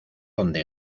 donde